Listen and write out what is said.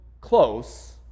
close